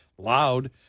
loud